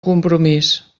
compromís